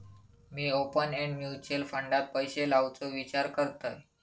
मी open end mutual फंडात पैशे लावुचो विचार करतंय